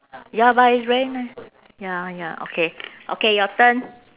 ya but it's very nice ya ya okay okay your turn